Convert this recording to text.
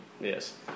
Yes